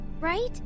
right